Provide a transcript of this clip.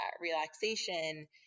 relaxation